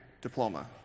diploma